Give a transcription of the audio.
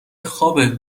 خوابه